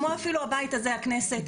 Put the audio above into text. כמו אפילו הבית הזה הכנסת,